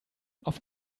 auf